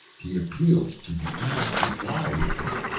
he appealed to the ass to fly with him,